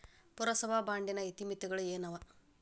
ಪುರಸಭಾ ಬಾಂಡಿನ ಇತಿಮಿತಿಗಳು ಏನವ?